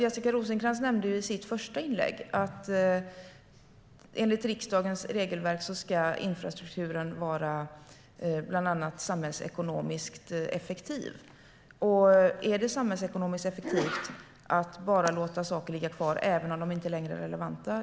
Jessica Rosencrantz nämnde i sitt första inlägg att enligt riksdagens regelverk ska infrastrukturen bland annat vara samhällsekonomiskt effektiv. Är det samhällsekonomiskt effektivt att bara låta saker ligga kvar även om de inte längre är relevanta?